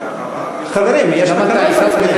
חברים, יש תקנון בכנסת.